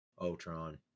Ultron